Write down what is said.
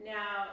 Now